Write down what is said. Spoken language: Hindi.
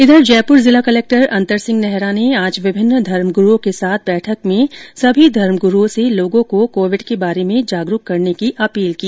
इधर जयपुर जिला कलक्टर अंतर सिंह नेहरा ने आज विभिन्न धर्मग्रुओं के साथ बैठक में सभी धर्म ग्रुओं से लोगों को कोविड के बारे में जागरूक करने की अपील की